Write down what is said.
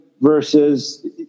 versus